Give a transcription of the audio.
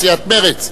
סיעת מרצ,